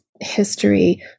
history